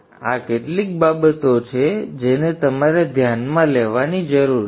તેથી આ કેટલીક બાબતો છે જેને તમારે ધ્યાનમાં લેવાની જરૂર છે